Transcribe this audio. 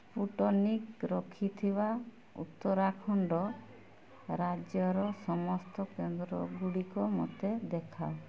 Sputnik ରଖିଥିବା ଉତ୍ତରାଖଣ୍ଡ ରାଜ୍ୟର ସମସ୍ତ କେନ୍ଦ୍ରଗୁଡ଼ିକ ମୋତେ ଦେଖାଅ